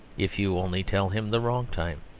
if you only tell him the wrong time.